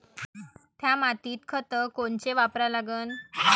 थ्या मातीत खतं कोनचे वापरा लागन?